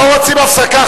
לא רוצים הפסקה?